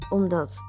Omdat